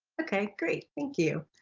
okay great, thank you.